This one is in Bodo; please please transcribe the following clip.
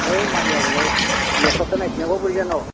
होइ मा होया बेलाय बिमा बिफाखौ नायफिनाबा बोरै जानो